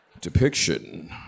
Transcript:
depiction